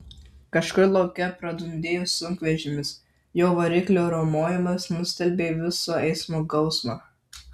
kažkur lauke pradundėjo sunkvežimis jo variklio riaumojimas nustelbė viso eismo gausmą